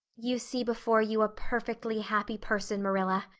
you see before you a perfectly happy person, marilla,